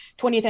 20TH